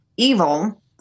evil